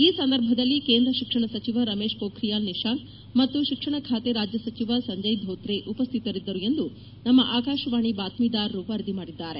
ಈ ಸಂದರ್ಭದಲ್ಲಿ ಕೇಂದ್ರ ಶಿಕ್ಷಣ ಸಚಿವ ರಮೇಶ್ ಪೋಖಿಯಾಲ್ ನಿಶಾಂಖ್ ಮತ್ತು ಶಿಕ್ಷಣ ಖಾತೆ ರಾಜ್ಯ ಸಚಿವ ಸಂಜಯ್ ಧೋತ್ರೆ ಉಪಸ್ಥಿತರಿದ್ದರು ಎಂದು ನಮ್ಮ ಆಕಾಶವಾಣಿ ಬಾತ್ವೀದಾರರು ವರದಿ ಮಾದಿದ್ದಾರೆ